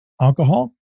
alcohol